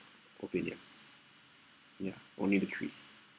opinion ya only the three